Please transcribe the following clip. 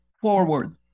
forward